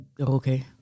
Okay